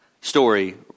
story